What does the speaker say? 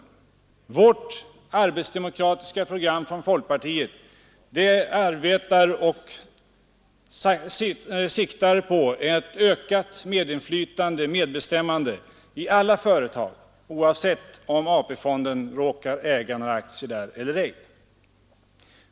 Folkpartiets arbetsdemokratiska program siktar på ett ökat medbestämmande i alla företag, oavsett om AP-fonden råkar äga några aktier där eller ej.